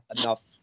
enough